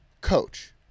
coach